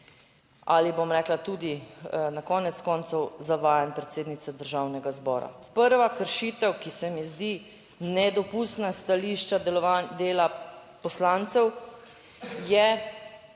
ali bom rekla, tudi na konec koncev zavajanj predsednice Državnega zbora. Prva kršitev, ki se mi zdi nedopustna s stališča dela poslancev, je